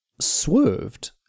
swerved